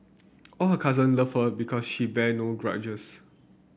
all her cousin love her because she bear no grudges